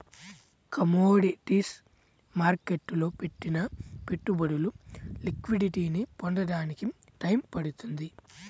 commodities మార్కెట్టులో పెట్టిన పెట్టుబడులు లిక్విడిటీని పొందడానికి టైయ్యం పడుతుంది